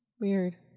Weird